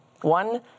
One